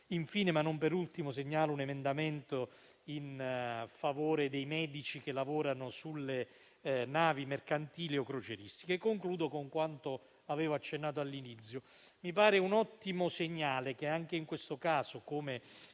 infine, ma non per ultimo, segnalo un emendamento in favore dei medici che lavorano sulle navi mercantili o crocieristiche. Concludo con quanto avevo accennato all'inizio: mi pare un ottimo segnale che anche in questo caso, come